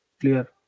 clear